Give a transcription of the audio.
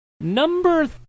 number